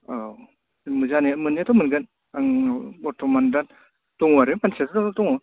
औ जानो मोन्नायथ' मोनगोन आं बर्थ'मान दा दङ' आरो मानसिया' थ दङ'